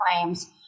claims